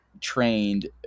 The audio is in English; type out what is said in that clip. trained